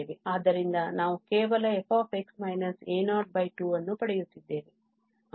ಆದ್ದರಿಂದ ನಾವು ಕೇವಲ fx a02 ಅನ್ನು ಪಡೆಯುತ್ತಿದ್ದೇವೆ